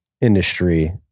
industry